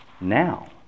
now